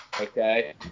okay